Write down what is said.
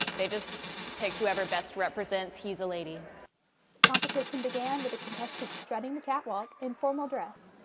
they just pick whoever best represents he's a lady the competition began with the contestants strutting the catwalk in formal dress.